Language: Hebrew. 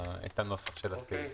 הנוסח של הסעיף.